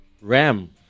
RAM